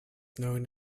known